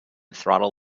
throttle